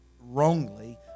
wrongly